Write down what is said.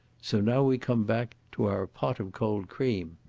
so now we come back to our pot of cold cream.